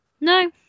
No